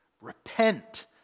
Repent